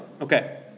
okay